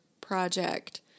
project